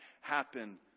happen